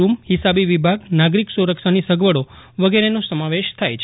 room હિસાબી વિભાગ નાગરિક સુરક્ષાની સગવડો વગેરેનો સમાવેશ થાય છે